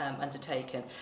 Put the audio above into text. undertaken